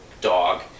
dog